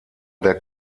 der